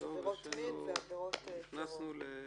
עבירות מין ועבירות טרור.